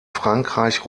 frankreich